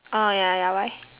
oh ya ya ya why